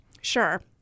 Sure